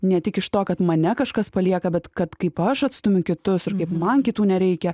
ne tik iš to kad mane kažkas palieka bet kad kaip aš atstumiu kitus ir kaip man kitų nereikia